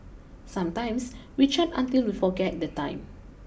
sometimes we chat until we forget the time